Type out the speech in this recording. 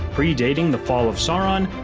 predating the fall of sauron,